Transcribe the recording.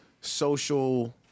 social